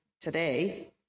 today